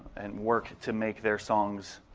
and work to make their songs